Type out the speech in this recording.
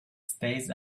stays